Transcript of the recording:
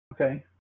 Okay